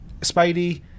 Spidey